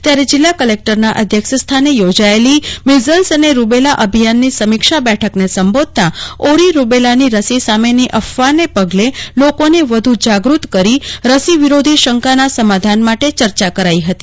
ત્યારે કલેકટરના અધ્યક્ષ સ્થાને યોજાયેલી મિઝલ્સ અને રૂબેલા અભિયાનની સમીક્ષા બેઠકને સંબોધતા ઓરી રૂબેલા નો રસો સામેની અફવાને પગલે લોકોને વધુ જાગત કરી રસીવિરોધી શંકાના સમાધાન માટે ચર્ચા કરાઈ હતી